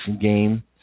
Game